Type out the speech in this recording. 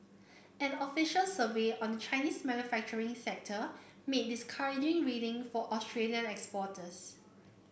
an official survey on the Chinese manufacturing sector made discouraging reading for Australian exporters